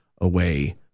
away